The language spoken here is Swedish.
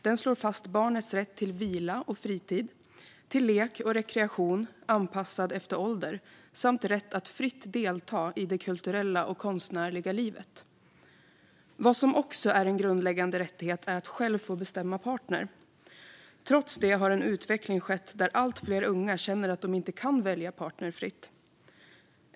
Den slår fast barnets rätt till vila och fritid, till lek och rekreation anpassad efter ålder samt till att fritt delta i det kulturella och konstnärliga livet. Vad som också är en grundläggande rättighet är att själv få bestämma partner. Trots det har en utveckling skett där allt fler unga känner att de inte kan välja partner fritt.